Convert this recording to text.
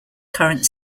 current